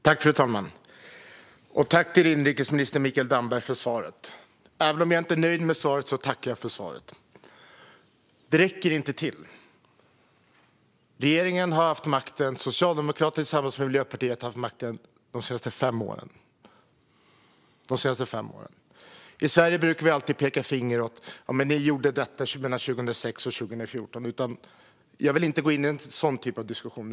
Fru talman! Tack, inrikesminister Mikael Damberg, för svaret! Jag tackar för svaret även om jag inte är nöjd med det. Det räcker inte till. Regeringen har haft makten, Socialdemokraterna tillsammans med Miljöpartiet har haft makten, de senaste fem åren. I Sverige brukar vi alltid peka finger och säga att ni gjorde detta 2006 eller 2014. Jag vill inte gå in i en sådan diskussion.